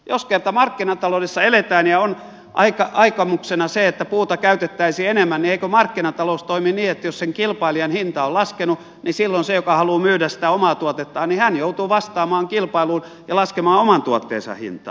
jos kerta markkinataloudessa eletään ja on aikomuksena se että puuta käytettäisiin enemmän niin eikö markkinatalous toimi niin että jos sen kilpailijan hinta on laskenut niin silloin se joka haluaa myydä sitä omaa tuotettaan joutuu vastaamaan kilpailuun ja laskemaan oman tuotteensa hintaa